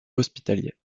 hospitaliers